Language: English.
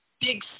big